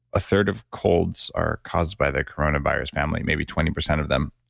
a third of colds are caused by the coronavirus family, maybe twenty percent of them.